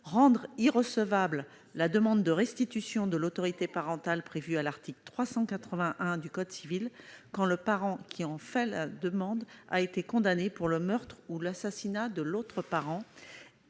; rendre irrecevable la demande de restitution de l'autorité parentale prévue à l'article 381 du code précité, quand le parent qui en fait la demande a été condamné pour le meurtre ou l'assassinat de l'autre parent ;